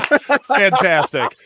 Fantastic